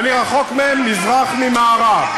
ואני רחוק מהם כמזרח ממערב.